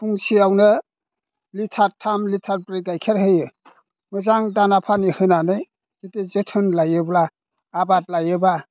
सानसेयावनो लिटार थाम लिटार ब्रै गाइखेर होयो मोजां दाना फानि होनानै जुदि जोथोन लायोब्ला आबाद लायोब्ला